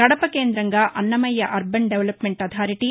కడప కేందంగా Annamayya urban development authority ఎ